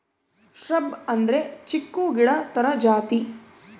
shrub ಅಂದ್ರೆ ಚಿಕ್ಕು ಗಿಡ ತರ ಜಾತಿ